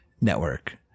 network